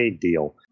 deal